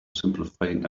simplifying